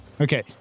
Okay